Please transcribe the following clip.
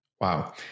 Wow